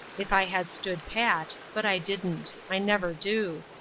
if i had stood pat but i didn't. i never do.